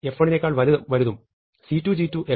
g1 ഉം f2 c2